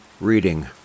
Reading